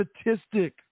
statistic